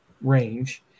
range